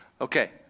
Okay